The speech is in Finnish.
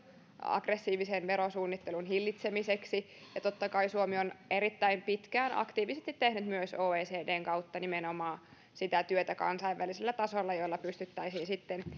aggressiivisen verosuunnittelun hillitsemiseksi ja totta kai suomi on erittäin pitkään aktiivisesti tehnyt myös oecdn kautta nimenomaan sitä työtä kansainvälisellä tasolla jolla pystyttäisiin sitten